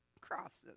crosses